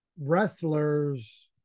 wrestlers